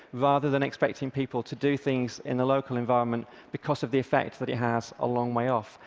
rather than expecting people to do things in the local environment because of the effect that it has a long way off.